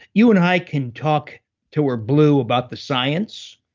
you and i can talk till we're blue about the science,